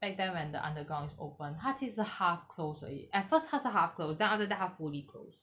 back then when the underground is open 他其实 half closed 而已 at first 他是 half closed then after that 他 fully closed